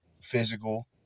physical